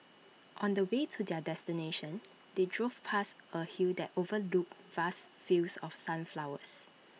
on the way to their destination they drove past A hill that overlooked vast fields of sunflowers